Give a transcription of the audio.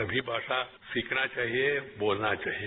सभी भाषा सीखना चाहिए बोलना चाहिए